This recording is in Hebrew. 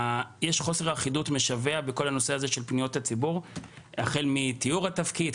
יש חוסר אחידות משווע בכל הנושא הזה של פניות הציבור החל מתיאור התפקיד,